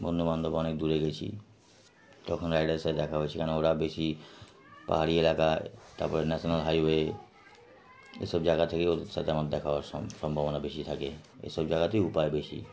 বন্ধুবান্ধব অনেক দূরে গেছি তখন রাইডারের সাথে দেখা হয়েছে কেন ওরা বেশি পাহাড়ি এলাকা তারপরে ন্যাশনাল হাইওয়ে এসব জায়গা থেকে ওদের সাথে আমার দেখা হওয়ার সম সম্ভাবনা বেশি থাকে এসব জায়গাতেই উপায় বেশি